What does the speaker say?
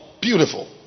Beautiful